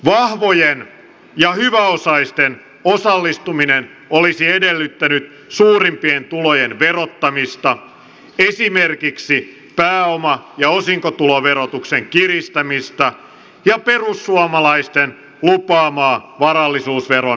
vahvojen ja hyväosaisten osallistuminen olisi edellyttänyt suurimpien tulojen verottamista esimerkiksi pääoma ja osinkotuloverotuksen kiristämistä ja perussuomalaisten lupaamaa varallisuusveron palauttamista